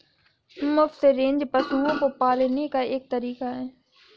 मुफ्त रेंज पशुओं को पालने का एक तरीका है